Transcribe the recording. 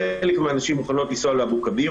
חלק מהנשים מוכנות לנסוע לאבו-כביר,